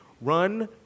Run